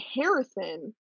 Harrison